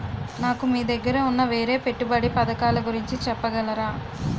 నాకు మీ దగ్గర ఉన్న వేరే పెట్టుబడి పథకాలుగురించి చెప్పగలరా?